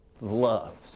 loves